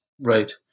Right